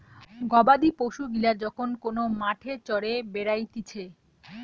গবাদি পশু গিলা যখন কোন মাঠে চরে বেড়াতিছে